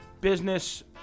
business